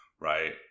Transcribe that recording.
right